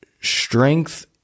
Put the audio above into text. Strength